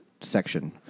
section